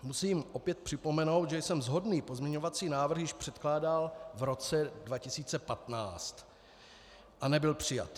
Musím opět připomenout, že jsem shodný pozměňovací návrh již předkládal v roce 2015 a nebyl přijat.